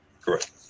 Correct